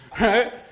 Right